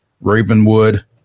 Ravenwood